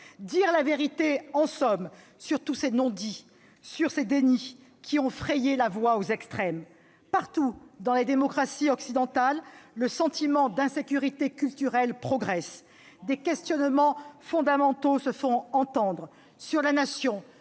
dire la vérité, en somme, sur tous ces non-dits, sur ces dénis qui ont frayé la voie aux extrêmes. Et les vôtres ? Partout, dans les démocraties occidentales, le sentiment d'insécurité culturelle progresse, des questionnements fondamentaux se font entendre sur la Nation,